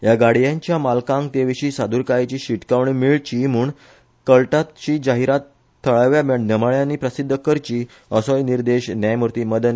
ह्या गाडयांच्या मालकांक तेविशी साद्रकायेची शिटकावणी मेळची म्हण कळटातशी जाहिरात थळाव्या नेमाळ्यानी प्रसिध्द करची असोय निर्देश न्यायमुर्ती मदन